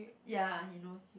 ya he knows